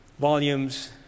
volumes